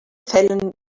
fällen